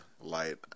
light